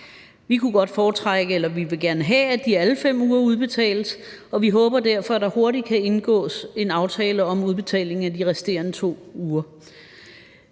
Vi ville gerne have, at alle 5 uger udbetales, og vi håber derfor, at der hurtigt kan indgås en aftale om udbetaling af de resterende 2 uger.